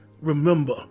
remember